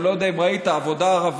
אני לא יודע אם ראית "עבודה ערבית".